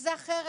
שזה אחרת.